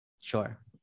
Sure